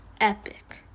epic